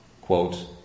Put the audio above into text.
quote